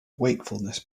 wakefulness